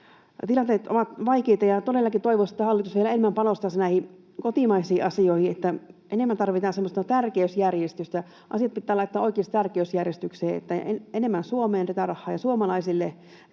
Tilanteet ovat vaikeita, ja todellakin toivoisi, että hallitus vielä enemmän panostaisi näihin kotimaisiin asioihin. Enemmän tarvitaan semmoista tärkeysjärjestystä. Asiat pitää laittaa oikeasti tärkeysjärjestykseen: enemmän Suomeen tätä rahaa ja suomalaisille,